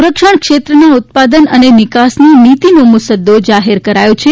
સંરક્ષણ ક્ષેત્રેનાં ઉત્પાદન અને નિકાસની નીતીનો મુસદો જાહેર કરાયો છે